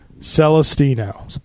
Celestino